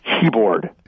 keyboard